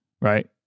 right